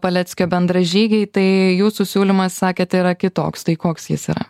paleckio bendražygiai tai jūsų siūlymas sakėte yra kitoks tai koks jis yra